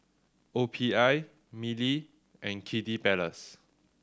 O P I Mili and Kiddy Palace